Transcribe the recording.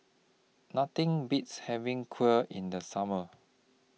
Nothing Beats having Kheer in The Summer